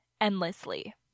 endlessly